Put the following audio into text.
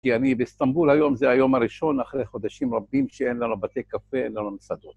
כי אני באיסטנבול היום, זה היום הראשון אחרי חודשים רבים שאין לנו בתי קפה, אין לנו מסעדות.